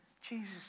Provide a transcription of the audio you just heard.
Jesus